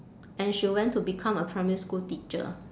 and she went to become a primary school teacher